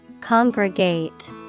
congregate